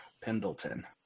Pendleton